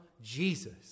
Jesus